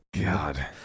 God